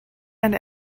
and